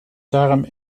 darm